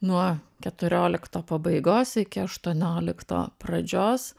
nuo keturiolikto pabaigos iki aštuoniolikto pradžios